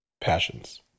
passions